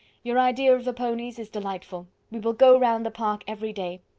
your idea of the ponies is delightful. we will go round the park every day.